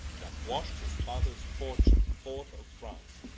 that washt his fathers fortunes forth of france,